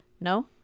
no